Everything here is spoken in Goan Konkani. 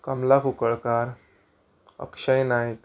कमला कुंकळकार अक्षय नायक